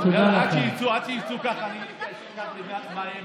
עד שיצאו, עד שיצאו, ככה אני אשתה מים.